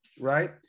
right